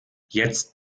jetzt